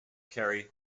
carry